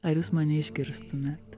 ar jūs mane išgirstumėt